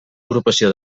agrupació